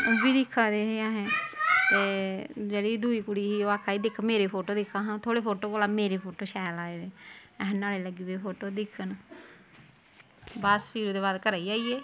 ओह् बी दिक्खा दे हे असें ते जेह्ड़ी दुई कुड़ी ही ओह् आक्खै दिक्ख मेरे फोटो दिक्ख हां तोआढ़े फोटो कोला मेरे फोटो शैल आए दे असें नुहाड़े लग्गी पे फोटो दिक्खन बस फिर ओह्दे बाद घरै गी आई गे